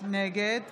נגד